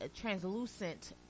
translucent